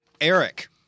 Eric